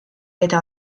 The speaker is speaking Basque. eta